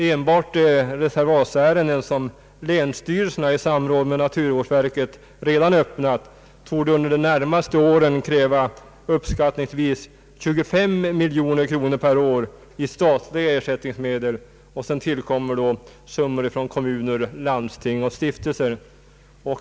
Enbart de reservatsärenden, som länsstyrelserna i samråd med naturvårdsverket redan öppnat, torde under de närmaste åren komma att kräva uppskattningsvis 25 miljoner kronor per år i statliga ersättningsmedel. Därutöver tillkommer stora summor från kommuner, landsting och stiftelser.